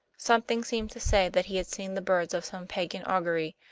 something seemed to say that he had seen the birds of some pagan augury,